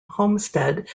homestead